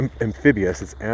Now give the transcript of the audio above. amphibious